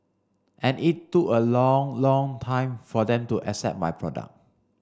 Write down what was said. and it a long long time for them to accept my product